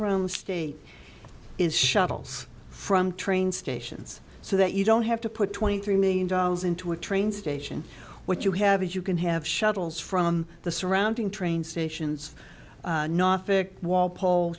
around the state is shuttles from train stations so that you don't have to put twenty three million dollars into a train station what you have is you can have shuttles from the surrounding train stations